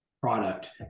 product